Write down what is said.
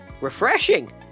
Refreshing